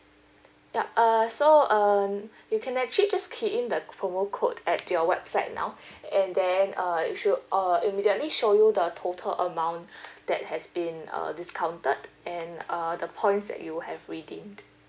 yup uh so um you can actually just key in the promo code at your website now and then uh it should uh immediately show you the total amount that has been uh discounted and uh the points that you have redeemed